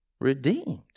Redeemed